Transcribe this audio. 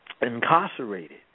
incarcerated